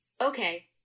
Okay